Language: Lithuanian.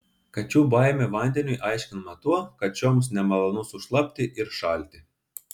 kačių baimė vandeniui aiškinama tuo kad šioms nemalonu sušlapti ir šalti